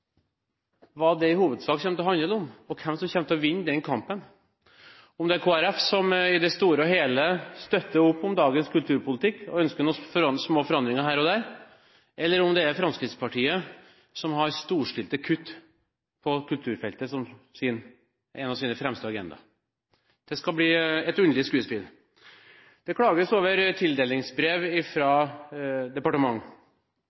hva det i hovedsak kommer til å handle om, og hvem som kommer til å vinne den kampen. Om det blir Kristelig Folkeparti, som i det store og hele støtter opp om dagens kulturpolitikk og ønsker noen små forandringer her og der, eller om det blir Fremskrittspartiet, som har storstilte kutt på kulturfeltet som en av sine fremste agendaer. Det skal bli et underlig skuespill. Det klages over tildelingsbrev